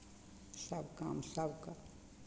सभ कामसभ कऽ